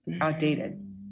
outdated